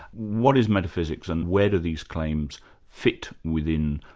what is metaphysics and where do these claims fit within,